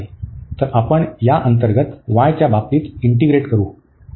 तर आपण या अंतर्गत y च्या बाबतीत इंटीग्रेट करू